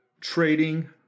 trading